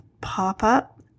pop-up